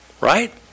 right